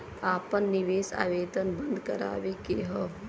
आपन निवेश आवेदन बन्द करावे के हौ?